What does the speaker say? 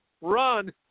run